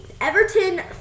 Everton